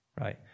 right